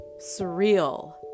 surreal